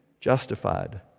justified